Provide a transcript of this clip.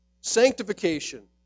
Sanctification